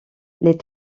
les